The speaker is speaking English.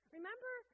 Remember